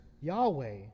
Yahweh